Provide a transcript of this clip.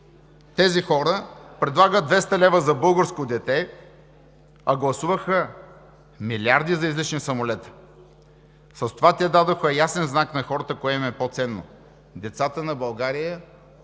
тези хора предлагат 200 лв. за българско дете, а гласуваха милиарди за излишни самолети? С това те дадоха ясен знак на хората кое им е по-ценно – децата на България